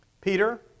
Peter